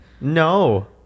No